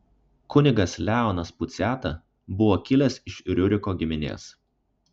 kunigas leonas puciata buvo kilęs iš riuriko giminės